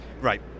Right